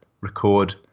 record